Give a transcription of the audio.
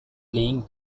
link